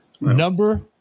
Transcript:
number